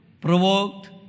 provoked